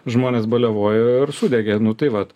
žmonės baliavojo ir sudegė tai vat